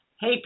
hey